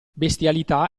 bestialità